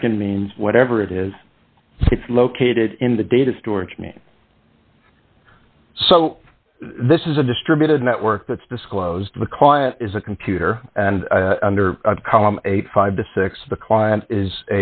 the nd means whatever it is it's located in the data storage me so this is a distributed network that's disclosed to the client is a computer and under column a five to six the client is